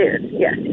yes